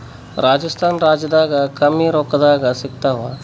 ರಾಜಸ್ಥಾನ ರಾಜ್ಯದಾಗ ಕಮ್ಮಿ ರೊಕ್ಕದಾಗ ಸಿಗತ್ತಾವಾ?